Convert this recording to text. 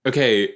Okay